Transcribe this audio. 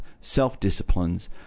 self-disciplines